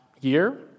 year